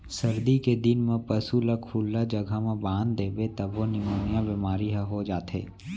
सरदी के दिन म पसू ल खुल्ला जघा म बांध देबे तभो निमोनिया बेमारी हर हो जाथे